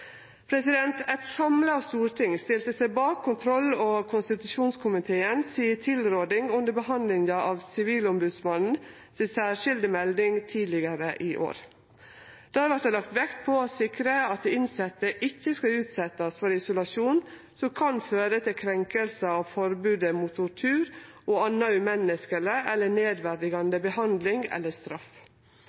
Eit samla storting stilte seg bak kontroll- og konstitusjonskomiteen si tilråding under behandlinga av den særskilde meldinga frå Sivilombodsmannen tidlegare i år. Der vart det lagt vekt på å sikre at dei innsette ikkje skal utsetjast for isolasjon som kan føre til krenkingar av forbodet mot tortur og anna umenneskeleg eller nedverdigande behandling eller straff.